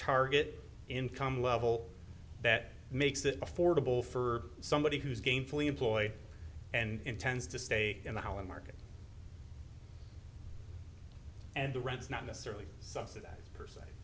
target income level that makes it affordable for somebody who's gainfully employed and intends to stay in the housing market and the rents not necessarily subsidize